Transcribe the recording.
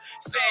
say